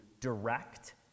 direct